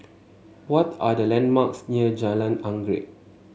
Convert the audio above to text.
what are the landmarks near Jalan Anggerek